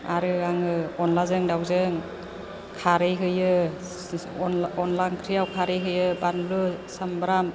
आरो आङो अनद्लाजों दाउजों खारै होयो अनद्ला ओंख्रियाव खारै होयो बानलु सामब्राम